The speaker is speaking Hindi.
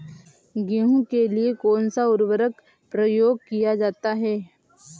गेहूँ के लिए कौनसा उर्वरक प्रयोग किया जाता है?